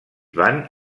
van